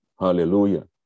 Hallelujah